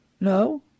No